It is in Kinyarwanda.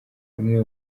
amwe